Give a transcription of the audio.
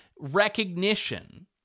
recognition